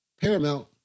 paramount